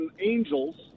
angels